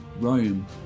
Rome